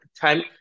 time